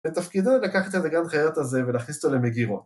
זה תפקידו לקחת את הגן חיות הזה ולהכניס אותו למגירות